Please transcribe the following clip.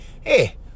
Hey